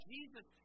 Jesus